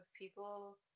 people